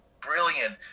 brilliant